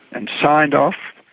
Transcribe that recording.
and signed off,